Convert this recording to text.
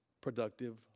productive